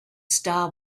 star